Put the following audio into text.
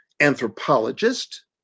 Anthropologist